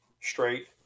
straight